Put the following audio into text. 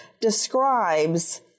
describes